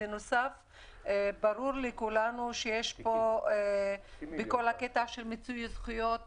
בנוסף ברור לכולנו שבכל עניין מיצוי הזכויות